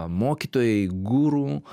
mokytojai guru